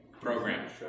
program